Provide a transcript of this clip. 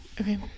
Okay